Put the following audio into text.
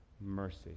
mercy